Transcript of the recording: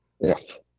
Yes